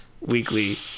Weekly